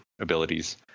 abilities